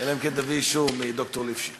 יש פה עוד שר?